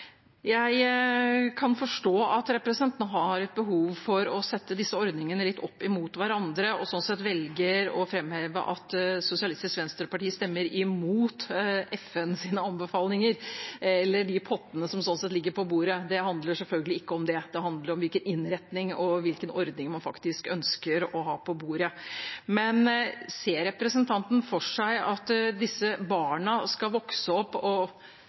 Jeg kan forstå at representanten har behov for å sette disse ordningene litt opp mot hverandre og slik sett velger å framheve at Sosialistisk Venstreparti stemmer imot FNs anbefalinger eller de pottene som slik sett ligger på bordet. Det handler selvfølgelig ikke om det. Det handler om hvilken innretning og hvilken ordning man ønsker å ha på bordet. Ser representanten for seg at disse barna skal vokse opp, leke og